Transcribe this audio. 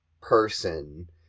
person